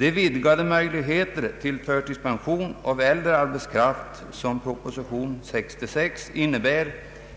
Den vidgade möjlighet till förtidspension för äldre arbetskraft som proposition 66 innebär